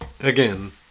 again